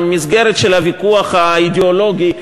למסגרת של הוויכוח האידיאולוגי,